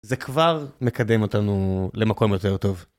זה כבר מקדם אותנו למקום יותר טוב.